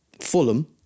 Fulham